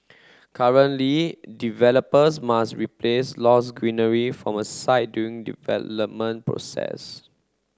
currently developers must replace lost greenery from a site during development process